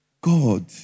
God